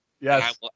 yes